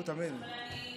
אנחנו מקשיבים.